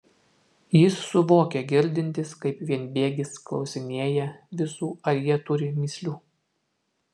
jis suvokė girdintis kaip vienbėgis klausinėja visų ar jie turi mįslių